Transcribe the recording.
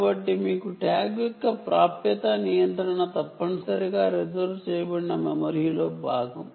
కాబట్టి మీకు ట్యాగ్ యొక్క యాక్సిస్ కంట్రోల్ తప్పనిసరిగా రిజర్వుడ్ మెమరీలో భాగం